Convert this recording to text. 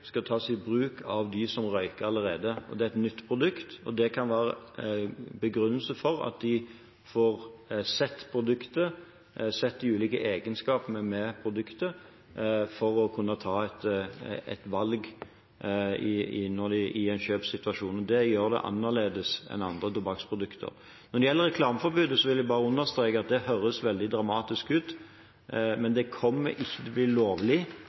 skal tas i bruk av dem som røyker allerede. Det er et nytt produkt, og det kan være en begrunnelse for at de får sett produktet, sett de ulike egenskapene med produktet, for å kunne ta et valg i en kjøpssituasjon. Det gjør det annerledes enn andre tobakksprodukter. Når det gjelder reklameforbudet, vil jeg bare understreke at det høres veldig dramatisk ut. Men det kommer ikke til å bli lovlig